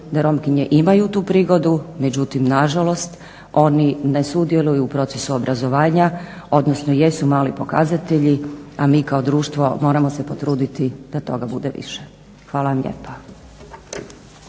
da Romkinje imaju tu prigodu međutim nažalost oni ne sudjeluju u procesu obrazovanja, odnosno jesu mali pokazatelji, a mi kao društvo moramo se potruditi da toga bude više. Hvala vam lijepa.